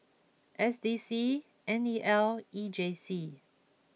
S D C N E L and E J C